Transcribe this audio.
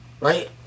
right